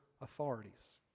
authorities